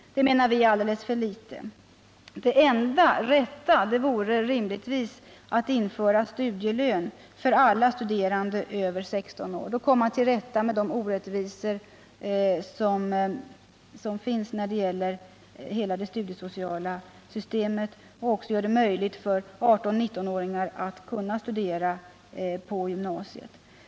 Det menar vi är alldeles för litet. Det enda rätta vore rimligtvis att införa studielön för alla studerande över 16 år. Då skulle man komma till rätta med de orättvisor som finns när det gäller hela det studiesociala systemet och göra det möjligt för 18-19-åringar att studera på gymnasiet.